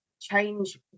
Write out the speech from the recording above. change